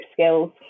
skills